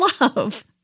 love